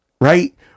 right